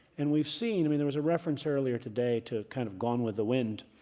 and we've seen, i mean there was a reference earlier today to kind of gone with the wind.